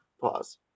Pause